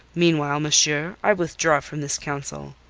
meanwhile, monsieur, i withdraw from this council.